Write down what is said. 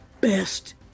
best